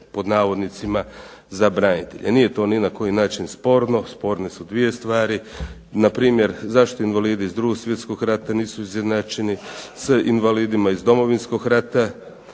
pod navodnicima za branitelje. Nije to ni na koji način sporno, sporne su dvije stvari, npr. zašto invalidi iz 2. svjetskog rata nisu izjednačeni s invalidima iz Domovinskog rata.